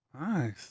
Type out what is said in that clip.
Nice